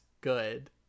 good